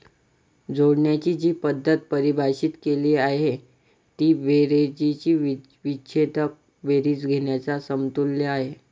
जोडण्याची जी पद्धत परिभाषित केली आहे ती बेरजेची विच्छेदक बेरीज घेण्याच्या समतुल्य आहे